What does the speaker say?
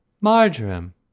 Marjoram